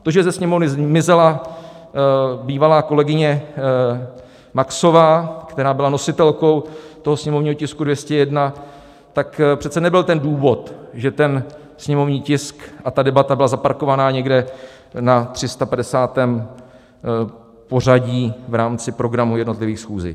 To, že ze Sněmovny zmizela bývalá kolegyně Maxová, která byla nositelkou toho sněmovního tisku 201, tak přece nebyl ten důvod, že ten sněmovní tisk a ta debata byly zaparkovány někde na 350. pořadí v rámci programů jednotlivých schůzí.